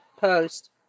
post